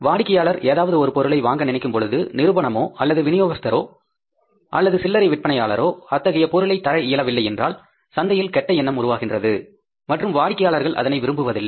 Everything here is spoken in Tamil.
வாடிக்கையாளர் ஏதாவது ஒரு பொருளை வாங்க நினைக்கும் பொழுது நிறுவனமோ அல்லது விநியோகஸ்தர்ரோ அல்லது சில்லரை விற்பனையாளர்ரோ அத்தகைய பொருளை தர இயலவில்லை என்றால் சந்தையில் கெட்ட எண்ணம் உருவாகின்றது மற்றும் வாடிக்கையாளர்கள் அதனை விரும்புவதில்லை